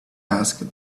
asked